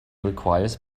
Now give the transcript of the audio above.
requires